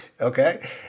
okay